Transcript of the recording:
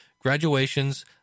graduations